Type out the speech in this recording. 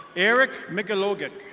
erick migelogon.